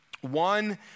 One